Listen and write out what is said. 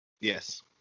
Yes